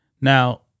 Now